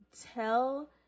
tell